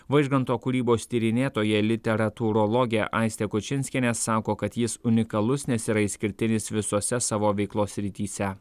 vaižganto kūrybos tyrinėtoja literatūrologė aistė kučinskienė sako kad jis unikalus nes yra išskirtinis visose savo veiklos srityse